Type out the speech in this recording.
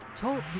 Talk